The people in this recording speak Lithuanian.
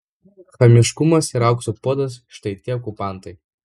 chamiškumas ir aukso puodas štai tie okupantai